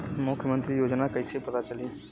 मुख्यमंत्री योजना कइसे पता चली?